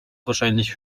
wahrscheinlich